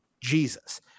Jesus